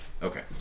Okay